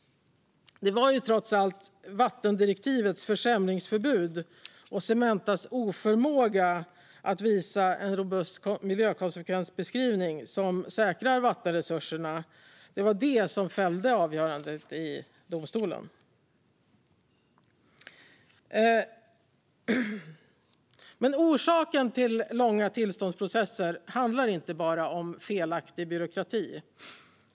Det var trots allt vattendirektivets försämringsförbud och Cementas oförmåga att visa en robust miljökonsekvensbeskrivning som säkrar vattenresurserna som fällde avgörandet i domstolen. Men orsaken till långa tillståndsprocesser handlar inte bara om felaktig byråkrati.